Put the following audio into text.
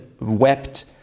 wept